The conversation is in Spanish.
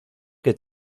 que